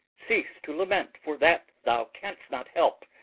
cease to lament for that thou canst not help,